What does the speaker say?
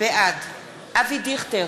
בעד אבי דיכטר,